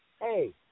Hey